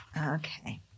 Okay